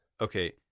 Okay